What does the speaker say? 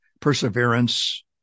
perseverance